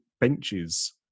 benches